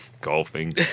Golfing